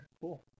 Cool